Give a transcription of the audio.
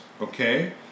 okay